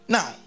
Now